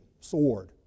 sword